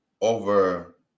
over